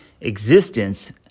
existence